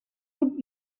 would